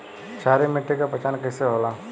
क्षारीय मिट्टी के पहचान कईसे होला?